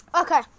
Okay